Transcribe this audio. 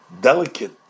delicate